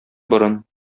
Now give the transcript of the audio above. борын